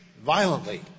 violently